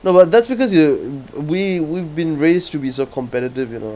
no but that's because you we we've been raised to be so competitive you know